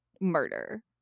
murder